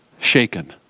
shaken